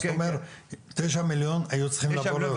אז אתה אומר תשעה מיליון היו צריכים לעבור --- כן,